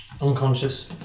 Unconscious